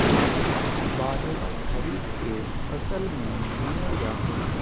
बाजरा खरीफ के फसल मे गीनल जा हइ